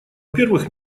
первых